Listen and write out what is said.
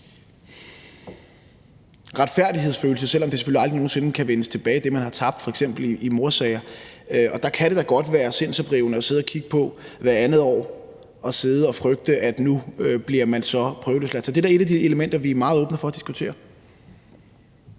retfærdighedsfølelse, selv om det, man har tabt, selvfølgelig aldrig nogen sinde kan vindes tilbage, f.eks. i mordsager. Og der kan det da godt være sindsoprivende hvert andet år at sidde og frygte, at vedkommende bliver prøveløsladt. Så det er da et af de elementer, vi er meget åbne for at diskutere.